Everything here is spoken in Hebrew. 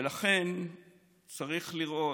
ולכן צריך לראות.